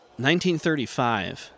1935